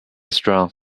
straw